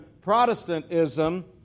Protestantism